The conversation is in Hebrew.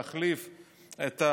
להחליף,